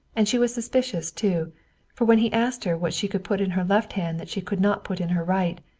and she was suspicious, too for when he asked her what she could put in her left hand that she could not put in her right,